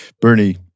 Bernie